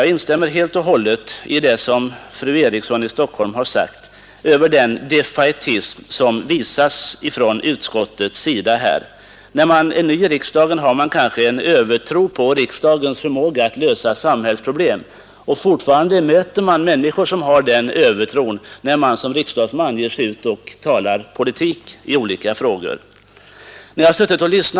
Jag instämmer helt och hållet i vad fru Eriksson i Stockholm har sagt om den defaitism som präglar utskottets yttrande. När man är ny i riksdagen har man kanske en övertro på riksdagens förmåga att lösa samhällsproblemen, och när man som riksdagsman ger sig ut och talar politik möter man också hos allmänheten den övertron.